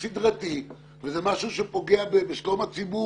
סדרתי וזה משהו שפוגע בשלום הציבור.